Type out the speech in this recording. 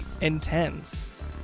intense